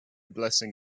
blessing